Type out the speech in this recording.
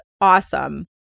awesome